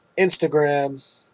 Instagram